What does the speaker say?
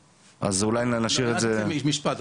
אולי נשאיר את זה --- אני אגיד רק במשפט.